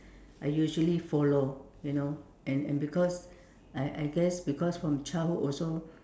I usually follow you know and and because I I guess because from childhood also